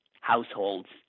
households